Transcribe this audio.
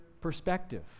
perspective